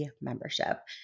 membership